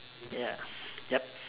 ya yup